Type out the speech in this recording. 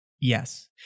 Yes